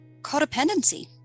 codependency